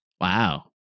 Wow